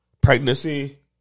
pregnancy